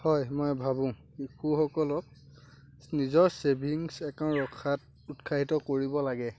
হয় মই ভাবোঁ শিশুসকলক নিজৰ চেভিংচ একাউণ্ট ৰখাত উৎসাহিত কৰিব লাগে